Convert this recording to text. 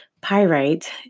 pyrite